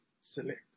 select